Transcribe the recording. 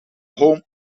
home